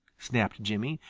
snapped jimmy.